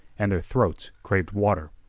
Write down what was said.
and their throats craved water.